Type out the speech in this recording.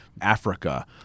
Africa